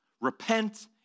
Repent